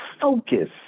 focus